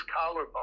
collarbone